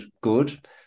good